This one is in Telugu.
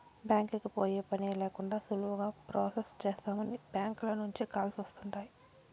బ్యాంకీకి పోయే పనే లేకండా సులువుగా ప్రొసెస్ చేస్తామని బ్యాంకీల నుంచే కాల్స్ వస్తుండాయ్